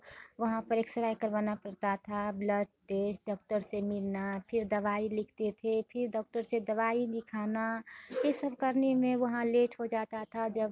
वहाँ पर एक्सरे करवाना पड़ता था ब्लड टेस्ट डॉक्टर से मिलना फिर दवाई लिखते थे फिर डॉक्टर से दवाई लिखाना यह सब करने में वहाँ लेट हो जाता था जब